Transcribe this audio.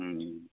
उम